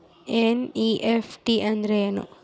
NEFT ಅಂದ್ರೆನು?